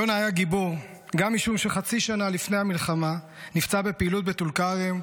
יונה היה גיבור גם משום שחצי שנה לפני המלחמה נפצע בפעילות בטול כרם,